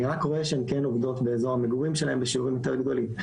אני רק רואה שהן כן עובדות באזור המגורים שלהן בשיעורים יותר גדולים,